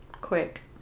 quick